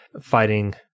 fighting